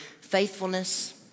faithfulness